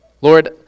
Lord